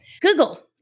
Google